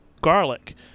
garlic